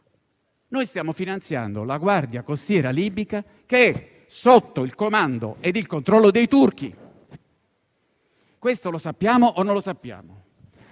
noi stiamo finanziando la Guardia costiera libica che è sotto il comando e il controllo dei turchi. Lo sappiamo o non lo sappiamo?